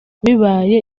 bibaye